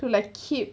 look like keep